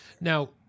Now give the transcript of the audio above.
Now